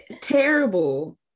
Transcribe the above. terrible